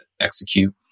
execute